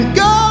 go